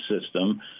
system